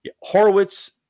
horowitz